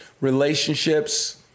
relationships